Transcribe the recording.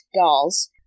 dolls